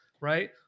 right